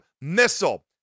missile